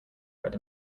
red